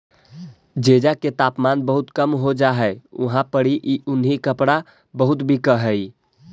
जेजा के तापमान बहुत कम हो जा हई उहाँ पड़ी ई उन्हीं कपड़ा बहुत बिक हई